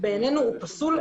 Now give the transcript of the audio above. בעינינו הוא פסול,